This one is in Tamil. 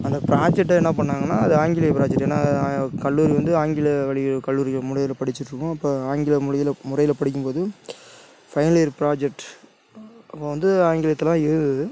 அந்த ப்ராஜெக்ட்டை என்ன பண்ணாங்கன்னால் அது ஆங்கில ப்ராஜெக்ட் ஏன்னால் கல்லூரி வந்து ஆங்கில வழி கல்லூரி முறையில் படிச்சுட்ருக்கோம் அப்போ ஆங்கில மொழியில் முறையில் படிக்கும் போது ஃபைனல் இயர் ப்ராஜெக்ட் அப்போது வந்து ஆங்கிலத்தில் தான் இருந்தது